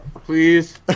Please